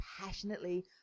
passionately